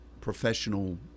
professional